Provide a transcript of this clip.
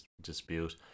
dispute